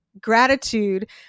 gratitude